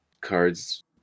cards